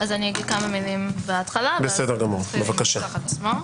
המציע לא כאן?